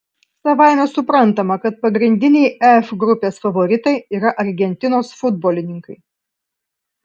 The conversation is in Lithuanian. savaime suprantama kad pagrindiniai f grupės favoritai yra argentinos futbolininkai